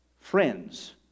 friends